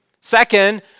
second